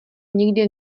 nikdy